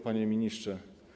Panie Ministrze!